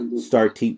start